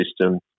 system